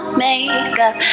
makeup